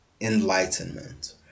enlightenment